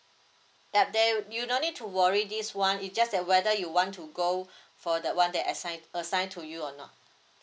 yup there you no need to worry this one it's just that whether you want to go for the one assigned assigned to you or not